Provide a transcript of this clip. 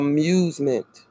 Amusement